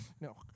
No